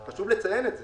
חשוב לציין את זה.